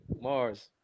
Mars